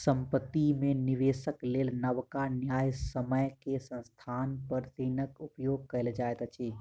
संपत्ति में निवेशक लेल नबका न्यायसम्य के स्थान पर ऋणक उपयोग कयल जाइत अछि